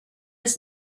his